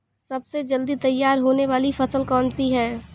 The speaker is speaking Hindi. सबसे जल्दी तैयार होने वाली फसल कौन सी है?